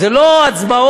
זה לא הצבעות,